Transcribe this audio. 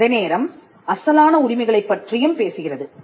அதேநேரம் அசலான உரிமைகளைப் பற்றியும் பேசுகிறது